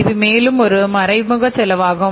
இது மேலும் ஒரு மறைமுக செலவாகும்